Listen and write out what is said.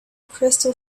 crystal